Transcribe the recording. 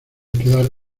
quedar